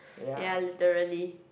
ya literally